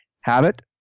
Habit